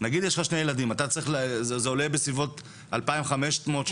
זה עולה בסביבות אלפיים חמש מאות,